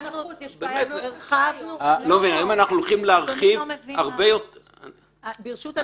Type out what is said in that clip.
אנחנו הולכים להרחיב --- ברשות אדוני,